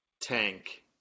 tank